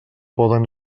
poden